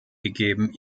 gegeben